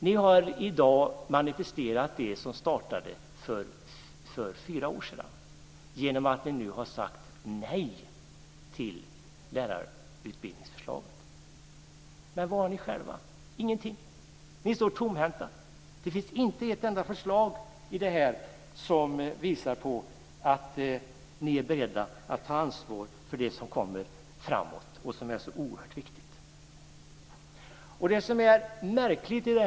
Ni har i dag manifesterat det som startade för fyra år sedan genom att ni nu har sagt nej till lärarutbildningsförslaget. Men vad har ni själva? Ingenting! Ni står tomhänta. Det finns inte ett enda förslag som visar att ni är beredda att ta ansvar för det som kommer framöver och som är så oerhört viktigt. Detta är märkligt.